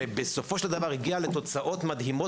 שבסופו של דבר הגיעה לתוצאות מדהימות